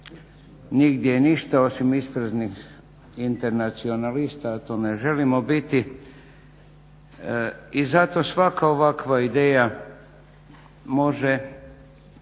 nigdje i ništa osim ispraznih nacionalista a to ne želimo biti. I zato svaka ovakva ideja može